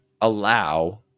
allow